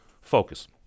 focus